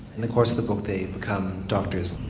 in the course of the book they become doctors.